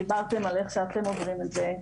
דיברתם על איך שאתם עוברים את זה.